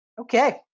Okay